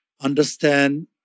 understand